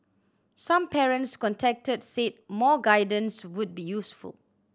some parents contacted said more guidance would be useful